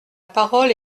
parole